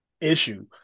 issue